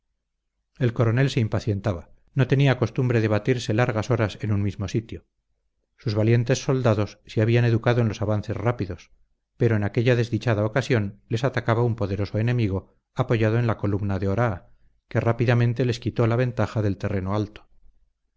el coronel se impacientaba no tenía costumbre de batirse largas horas en un mismo sitio sus valientes soldados se habían educado en los avances rápidos pero en aquella desdichada ocasión les atacaba un poderoso enemigo apoyado en la columna de oraa que rápidamente les quitó la ventaja del terreno alto